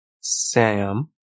Sam